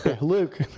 Luke